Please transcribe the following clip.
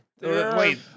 Wait